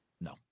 no